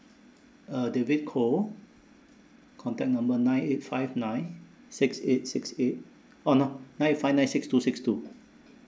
uh david koh contact number nine eight five nine six eight six eight oh no nine five nine six two six two